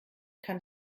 kann